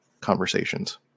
conversations